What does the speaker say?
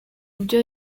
byo